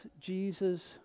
Jesus